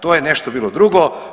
To je nešto bilo drugo.